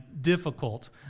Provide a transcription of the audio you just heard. difficult